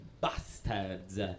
bastards